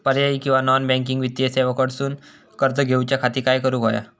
पर्यायी किंवा non banking वित्तीय सेवा कडसून कर्ज घेऊच्या खाती काय करुक होया?